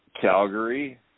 Calgary